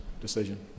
decision